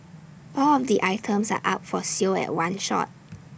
all of the items are up for sale at one shot